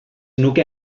nuke